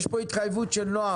יש פה התחייבות של נועם,